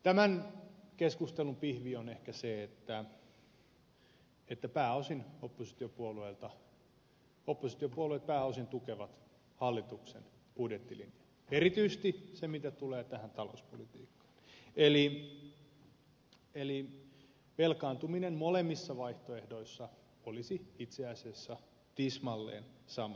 tämän keskustelun pihvi on ehkä se että oppositiopuolueet pääosin tukevat hallituksen budjettilinjaa erityisesti siinä mitä tulee talouspolitiikkaan eli velkaantuminen molemmissa vaihtoehdoissa olisi itse asiassa tismalleen samaa